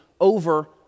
over